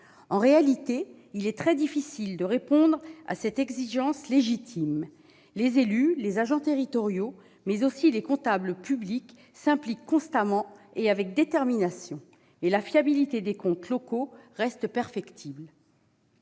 En réalité, il est très difficile de répondre à cette exigence légitime. Les élus et les agents territoriaux, mais aussi les comptables publics, s'impliquent constamment et avec détermination en cette matière, mais la fiabilité des comptes locaux reste perfectible.